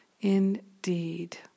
Indeed